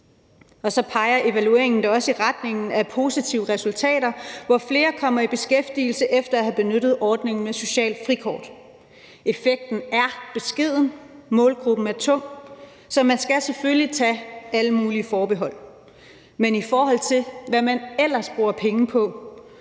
Evalueringen peger da også i retning af positive resultater med flere, der er kommet i beskæftigelse efter at have benyttet ordningen med et socialt frikort. Effekten er beskeden, og målgruppen er tung, så man skal selvfølgelig tage alle mulige forbehold, men i forhold til hvad man ellers bruger penge på,